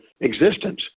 existence